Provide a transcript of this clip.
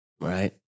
right